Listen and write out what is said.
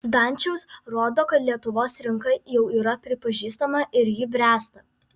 zdančiaus rodo kad lietuvos rinka jau yra pripažįstama ir ji bręsta